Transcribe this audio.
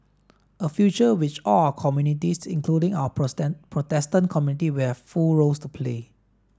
a future which all our communities including our Protestant community will have full roles to play